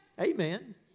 Amen